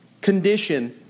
condition